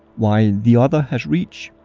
while the other has reached.